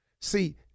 See